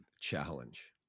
challenge